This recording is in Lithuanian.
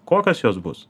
kokios jos bus